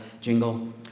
jingle